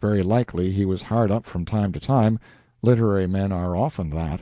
very likely he was hard up from time to time literary men are often that